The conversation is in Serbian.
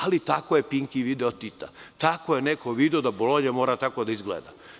Ali, tako je Pinki video Tita, tako je neko video da Bolonja mora tako da izgleda.